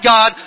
God